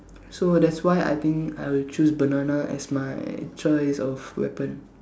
so that's why I think I will choose banana as my choice of weapon